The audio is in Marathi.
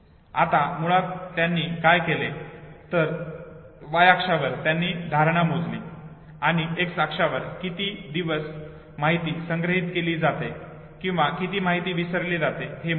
आता मुळात त्यांनी काय केले तर y अक्षावर त्यांनी धारणा मोजली आणि x अक्षावर किती दिवस माहिती संग्रहित केली जाते किंवा किती माहिती विसरली जाते हे मोजले